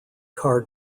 car